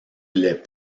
les